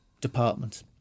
Department